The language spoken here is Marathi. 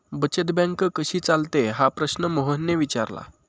बचत बँक कशी चालते हा प्रश्न मोहनने विचारला?